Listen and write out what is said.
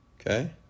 Okay